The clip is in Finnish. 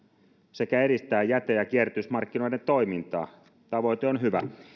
sekä edistää jäte ja kierrätysmarkkinoiden toimintaa tavoite on hyvä